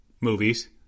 movies